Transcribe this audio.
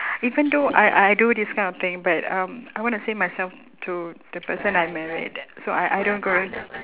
even though I I I do this kind of thing but um I want to save myself to the person I married so I I don't go around